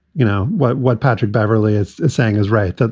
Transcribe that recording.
you know, what what patrick beverley is saying is right. but